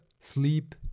sleep